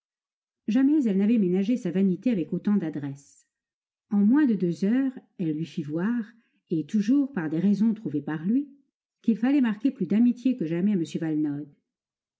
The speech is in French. jamais elle n'avait ménagé sa vanité avec autant d'adresse en moins de deux heures elle lui fit voir et toujours par des raisons trouvées par lui qu'il fallait marquer plus d'amitié que jamais à m valenod